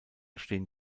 stehen